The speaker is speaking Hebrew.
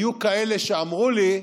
היו כאלה שאמרו לי: